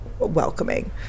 welcoming